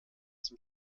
zum